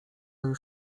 już